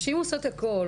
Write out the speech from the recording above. נשים עושות הכול,